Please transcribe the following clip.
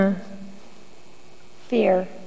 Fear